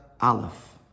aleph